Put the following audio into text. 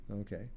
okay